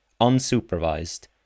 unsupervised